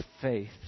faith